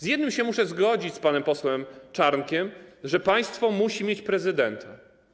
W jednej kwestii muszę zgodzić się z panem posłem Czarnkiem: że państwo musi mieć prezydenta.